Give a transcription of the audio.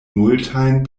multajn